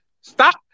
Stop